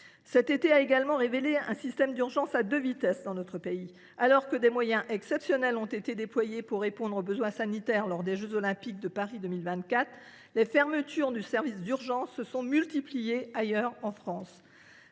Cet été a également révélé l’existence d’un système d’urgences à deux vitesses dans notre pays. Alors que des moyens exceptionnels ont été déployés pour répondre aux besoins sanitaires lors des jeux Olympiques de Paris 2024, les fermetures de services d’urgence se sont multipliées ailleurs en France.